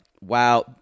Wow